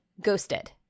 ghosted